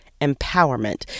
empowerment